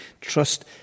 Trust